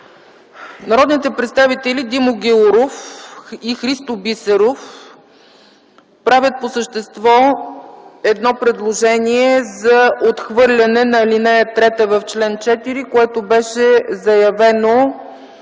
Народните представители Димо Гяуров и Христо Бисеров правят по същество едно предложение за отхвърляне на ал. 3 в чл. 4, което беше заявено